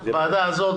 בוועדה הזאת,